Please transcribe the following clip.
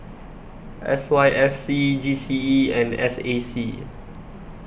S Y F C G C E and S A C